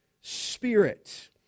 Spirit